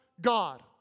God